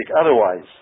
otherwise